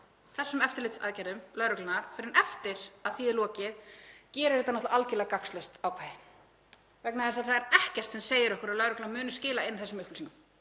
þessum eftirlitsaðgerðum lögreglunnar fyrr en eftir að þessu er lokið gerir þetta náttúrlega algjörlega gagnslaust ákvæði vegna þess að það er ekkert sem segir okkur að lögreglan muni skila inn þessum upplýsingum.